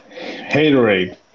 Haterade